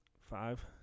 Five